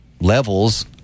levels